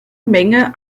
menge